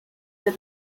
del